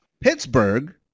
Pittsburgh